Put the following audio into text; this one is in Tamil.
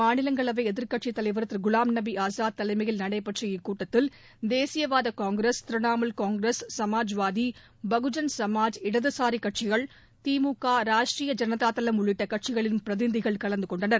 மாநிலங்களவை எதிர்க்கட்சித்தலைவர் திரு குலாம் நபி ஆஸாத் தலைமையில் நடைபெற்ற இக்கூட்டத்தில் தேசியவாத காங்கிரஸ் திரிணாமுல் காங்கிரஸ் சமாஜ்வாதி பகுஜன்சமாஜ் இடதுசாரிகட்சிகள் திமுக ராஷ்ட்டிரிய ஜனதாதளம் உள்ளிட்ட கட்சிகளின் பிரதிநிதிகள் கலந்து கொண்டனர்